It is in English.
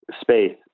space